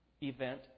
event